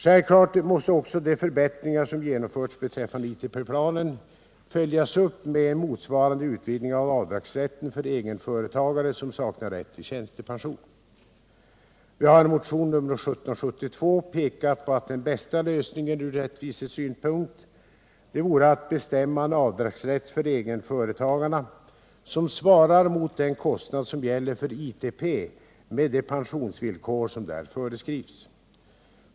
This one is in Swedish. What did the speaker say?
Självfallet måste också de förbättringar som genomförts beträffande ITP planen följas upp med en motsvarande utvidning av avdragsrätten för egenföretagare som saknar rätt till tjänstepension. Vi har i motionen 1772 pekat på att den från rättvisesypunkt bästa lösningen vore att bestämma en avdragsrätt för egenföretagarna, som svarar mot den kostnad som gäller för ITP med de pensionsvillkor som där föreskrivs.